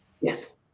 Yes